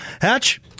Hatch